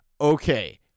okay